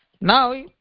Now